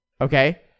Okay